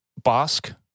Bosk